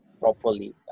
properly